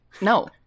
No